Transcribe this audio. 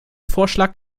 vorschlag